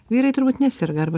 vyrai turbūt neserga arba